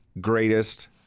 greatest